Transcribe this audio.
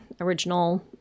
original